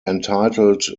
entitled